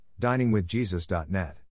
DiningwithJesus.net